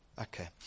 Okay